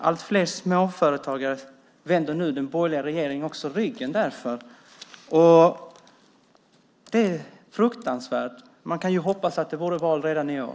Allt fler småföretagare vänder nu därför den borgerliga regeringen ryggen. Det är fruktansvärt. Man skulle hoppas att det var val redan i år.